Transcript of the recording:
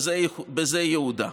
זה ייעודה.